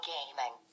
Gaming